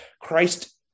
Christ